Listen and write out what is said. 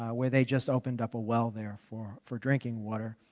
ah where they just opened up a well there for for drinking water.